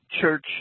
church